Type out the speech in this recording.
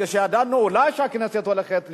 כשידענו שאולי הכנסת הולכת להתפזר,